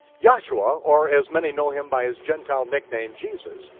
yahshua, or as many know him by his gentile nickname jesus,